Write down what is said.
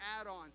add-on